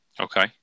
Okay